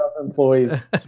employees